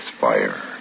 Fire